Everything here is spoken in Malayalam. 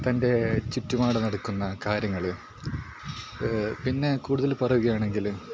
തൻ്റെ ചുറ്റുപാട് നടക്കുന്ന കാര്യങ്ങൾ പിന്നെ കൂടുതൽ പറയുകയാണെങ്കിൽ